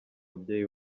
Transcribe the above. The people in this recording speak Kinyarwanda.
ababyeyi